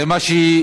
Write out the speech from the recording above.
זה מה שביקשו.